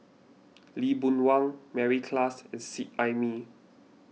Lee Boon Wang Mary Klass and Seet Ai Mee